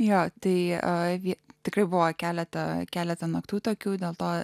jo tai avi tikrai buvo keletą keletą naktų tokių dėl to